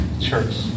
church